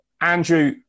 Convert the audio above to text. Andrew